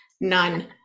None